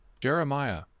Jeremiah